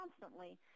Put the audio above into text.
constantly